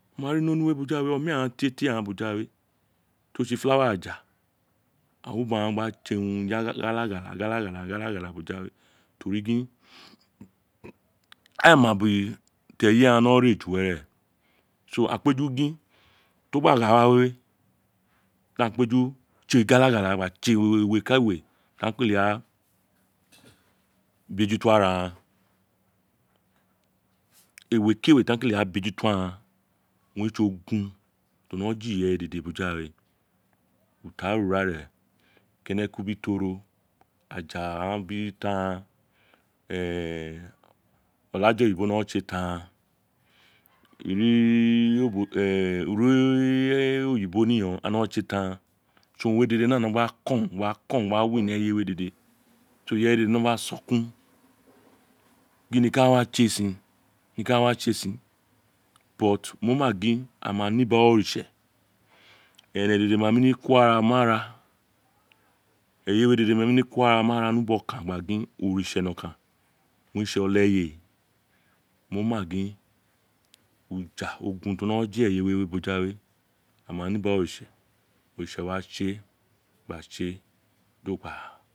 Wo ma ri ni onuwe boja we omeran tie tie ghaan boja we ti o ti flower agla a wino gba tse urun gala gala gala gala boja we tori gin caglaan we ma ubo ti eyi glaan no re ju were tori akpeju gin to gba gha wawe di aghaan kpeju tse gala gala gba tse ewe ke ewe ti a kele a bejeto araran ewe ki ewe ti a wa bejuto araran owun re tse ogun ti o no jirin iriye dede boys we ra to urare keneku bi toro aja ghaan bi taran we olala oyibo no tse taran ira oyibo ni yon na tse taran owu re tse ti urun ute dede gba no kon wa no kon ni eyewe dede ireye dede ghaan no sokun gin niko owun a wa tse sin niko owun a wa tse sin mo ma gin a ma ni ubo ara oritse ere dede ma nem ko ara wo ara ni ubo okan gba gin oritse na kan owun ore tse oleye mo ma gin uja ogun ti ono je eyewe boja we ama ni ba oritse oritse wa tse gba tse do gba